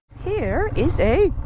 here is a